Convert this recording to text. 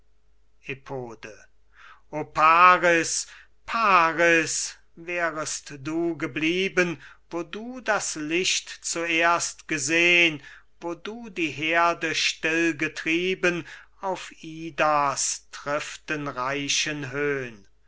o paris paris wärest du geblieben wo du das licht zuerst gesehn wo du die heerde still getrieben auf idas triftenreichen höhn